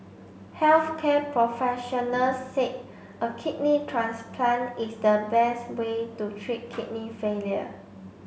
health care professionals said a kidney transplant is the best way to treat kidney failure